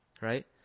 Right